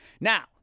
now